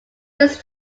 this